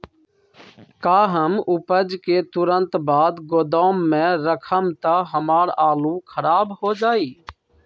का हम उपज के तुरंत बाद गोदाम में रखम त हमार आलू खराब हो जाइ?